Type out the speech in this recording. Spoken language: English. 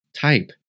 type